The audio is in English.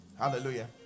Hallelujah